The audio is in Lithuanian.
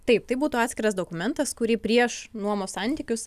taip tai būtų atskiras dokumentas kurį prieš nuomos santykius